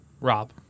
Rob